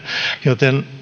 joten